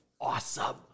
awesome